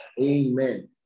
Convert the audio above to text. Amen